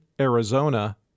Arizona